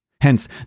Hence